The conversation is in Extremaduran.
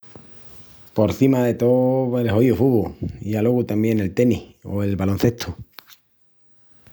Porcima de tó, el hoíu fubu i alogu tamién el teni o el baloncestu.